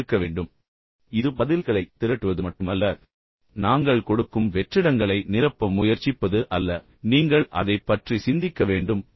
இதன் பொருள் இது வெறுமனே பதில்களைத் திரட்டுவது மட்டுமல்ல பின்னர் நாங்கள் கொடுக்கும் வெற்றிடங்களை நிரப்ப முயற்சிப்பது அல்ல ஆனால் நீங்கள் அதைப் பற்றி சிந்திக்க வேண்டும் புரிந்து கொண்டீர்களா